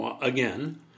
Again